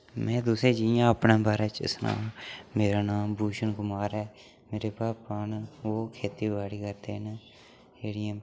में तुसें ई जि'यां अपने बारे च सनांऽ मेरा नांऽ भूषण कुमार ऐ मेरे भापा न ओह् खेत्ती बाड़ी करदे न जेह्ड़ियां